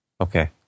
Okay